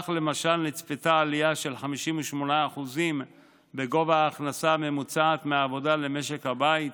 כך למשל נצפתה עלייה של 58% בגובה ההכנסה הממוצעת מעבודה למשק בית,